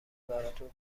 براتون